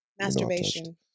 Masturbation